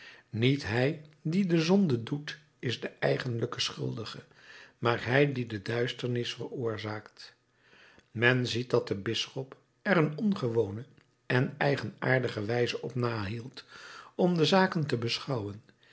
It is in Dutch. niet hij die de zonde doet is de eigenlijke schuldige maar hij die de duisternis veroorzaakt men ziet dat de bisschop er een ongewone en eigenaardige wijze op nahield om de zaken te beschouwen